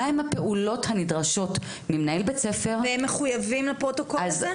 מה הן הפעולות הנדרשות ממנהל בית ספר --- והם מחויבים לפרוטוקול הזה?